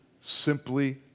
simply